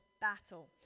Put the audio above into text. battle